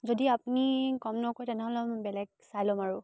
যদি আপুনি কম নকৰে তেনেহ'লে মই বেলেগ চাই ল'ম আৰু